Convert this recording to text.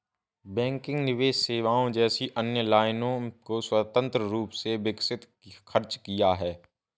banking निवेश सेवाओं जैसी अन्य लाइनों को स्वतंत्र रूप से विकसित खर्च किया है